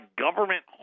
government